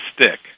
stick